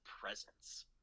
presence